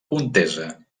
contesa